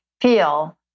feel